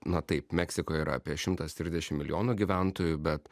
na taip meksikoj yra apie šimtas trisdešimt milijonų gyventojų bet